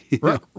Right